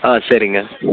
ஆ சரிங்க